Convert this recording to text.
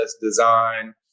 design